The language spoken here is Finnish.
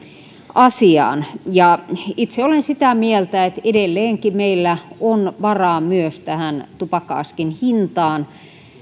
asiaan itse olen sitä mieltä että edelleenkin meillä on varaa myös tähän tupakka askin hintaan